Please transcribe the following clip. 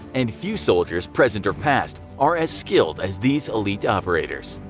and few soldiers present or past are as skilled as these elite operators.